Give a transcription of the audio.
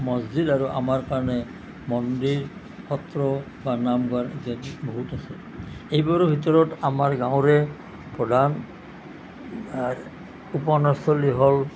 মছজিদ আৰু আমাৰ কাৰণে মন্দিৰ সত্ৰ বা নামঘৰ ইয়াত বহুত আছে এইবোৰৰ ভিতৰত আমাৰ গাঁৱৰে প্ৰধান উপাসনাস্থলী হ'ল